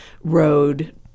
road